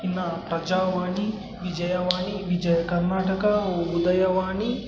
ಇನ್ನು ಪ್ರಜಾವಾಣಿ ವಿಜಯವಾಣಿ ವಿಜಯ ಕರ್ನಾಟಕ ಉದಯವಾಣಿ